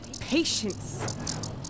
Patience